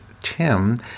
Tim